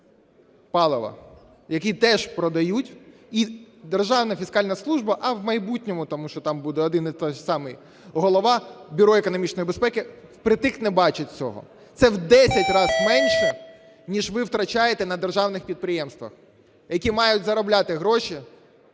палива, який теж продають. Державна фіскальна служба, а в майбутньому, тому що там буде один і той же самий голова, Бюро економічної безпеки, впритык не бачить цього. Це в десять разів менше, ніж ви втрачаєте на державних підприємствах, які мають заробляти гроші